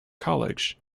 college